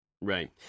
Right